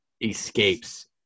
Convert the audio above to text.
Escapes